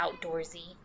outdoorsy